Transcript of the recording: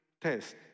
test